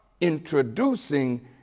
introducing